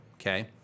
Okay